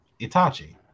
Itachi